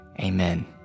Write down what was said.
Amen